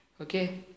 okay